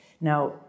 Now